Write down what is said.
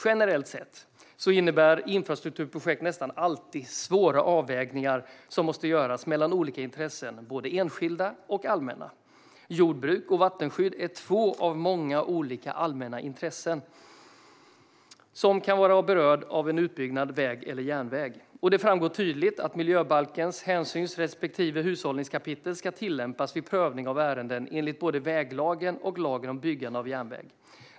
Generellt sett innebär infrastrukturprojekt nästan alltid att svåra avvägningar måste göras mellan olika intressen, både enskilda och allmänna. Jordbruk och vattenskydd är två av många olika allmänna intressen som kan vara berörda av en utbyggnad av väg eller järnväg. Det framgår tydligt att miljöbalkens hänsyns respektive hushållningskapitel ska tillämpas vid prövning av ärenden enligt både väglagen och lagen om byggande av järnväg.